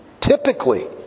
typically